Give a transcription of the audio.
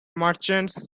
merchants